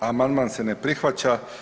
Amandman se ne prihvaća.